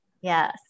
Yes